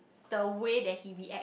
the way that he react